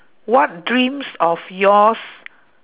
what dreams of yours